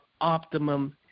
optimum